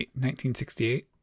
1968